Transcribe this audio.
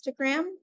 Instagram